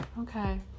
okay